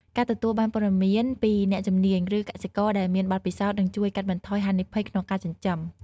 ការទទួលបានព័ត៌មានពីអ្នកជំនាញឬកសិករដែលមានបទពិសោធន៍ នឹងជួយកាត់បន្ថយហានិភ័យក្នុងការចិញ្ចឹម។